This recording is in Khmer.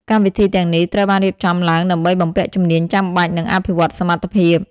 កម្មវិធីទាំងនេះត្រូវបានរៀបចំឡើងដើម្បី បំពាក់ជំនាញចាំបាច់ និងអភិវឌ្ឍសមត្ថភាព។